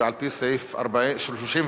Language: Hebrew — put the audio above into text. ועל-פי סעיף 34(א),